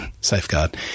safeguard